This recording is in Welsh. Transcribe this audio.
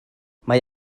mae